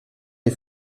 les